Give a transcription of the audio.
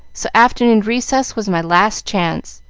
so afternoon recess was my last chance.